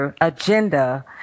agenda